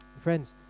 Friends